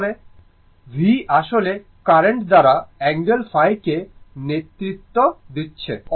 তার মানে v আসলে কারেন্ট I দ্বারা অ্যাঙ্গেল ϕ কে নেতৃত্ব দিচ্ছে